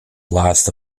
blast